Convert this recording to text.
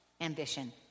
ambition